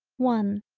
one,